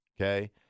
okay